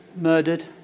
murdered